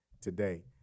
today